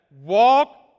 walk